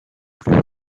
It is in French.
plus